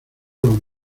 los